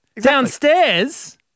Downstairs